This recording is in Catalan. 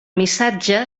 missatge